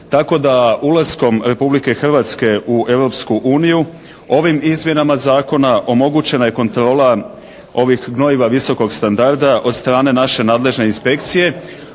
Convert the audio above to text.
Tako da ulaskom Republike Hrvatske u Europsku uniju, ovim izmjenama zakona omogućena je kontrola ovih gnojiva visokog standarda od strane naše nadležne inspekcije,